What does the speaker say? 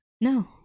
No